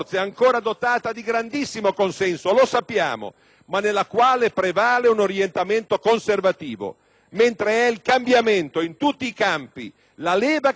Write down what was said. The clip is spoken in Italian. mentre è il cambiamento in tutti i campi la leva che ci può sollevare oltre la crisi, quel cambiamento che noi vi abbiamo proposto e che voi avete rifiutato.